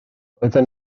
roedden